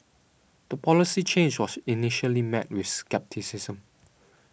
the policy change was initially met with scepticism